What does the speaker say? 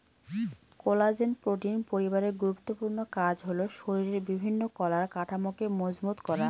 collagen protein পরিবারের গুরুত্বপূর্ণ কাজ হল শরীরের বিভিন্ন কলার কাঠামোকে মজবুত করা